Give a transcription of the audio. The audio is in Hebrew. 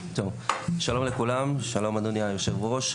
שלום לכולם, שלום אדוני היושב ראש.